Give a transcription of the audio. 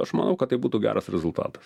aš manau kad tai būtų geras rezultatas